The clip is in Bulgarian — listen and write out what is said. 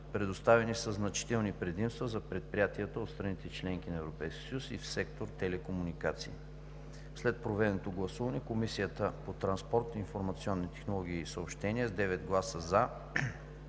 Предоставени са значителни предимства за предприятията от страните – членки на Европейския съюз, и в сектор „Телекомуникации“. След проведеното гласуване Комисията по транспорт, информационни технологии и съобщения с 9 гласа „за“,